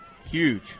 Huge